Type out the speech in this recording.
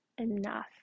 enough